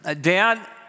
dad